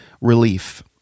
relief